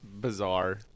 bizarre